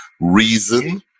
reason